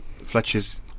Fletcher's